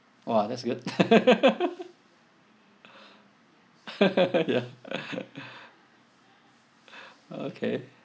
!wah! that's good ya okay